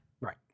Right